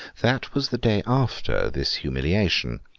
that was the day after this humiliation.